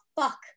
fuck